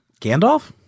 Gandalf